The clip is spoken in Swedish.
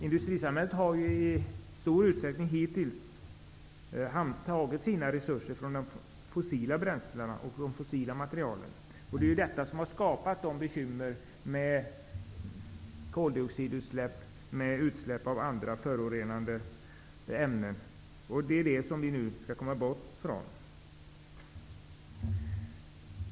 Industrisamhället har ju i stor utsträckning hittills tagit sina resurser från de fossila bränslena och de fossila materialen, och det är detta som har skapat bekymren med koldioxidutsläpp och utsläpp av andra förorenande ämnen, det som vi nu skall komma bort från.